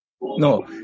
No